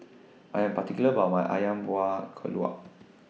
I Am particular about My Ayam Buah Keluak